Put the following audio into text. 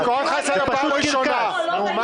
זה פשוט קרקס.